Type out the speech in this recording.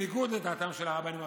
בניגוד לדעתם של הרבנים הראשיים.